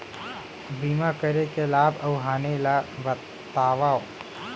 बीमा करे के लाभ अऊ हानि ला बतावव